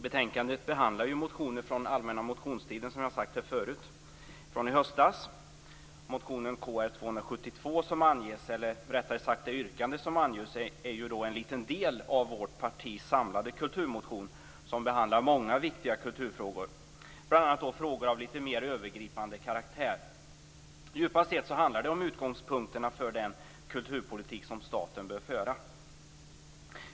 Betänkandet behandlar, som har sagts här förut, motioner från allmänna motionstiden i höstas. Motionen Kr272 som anges, eller rättare sagt det yrkande som anges, är ju en liten del av vårt partis samlade kulturmotion som behandlar många viktiga kulturfrågor, bl.a. frågor av lite mer övergripande karaktär. Djupast sett handlar det om utgångspunkterna för den kulturpolitik som staten bör föra.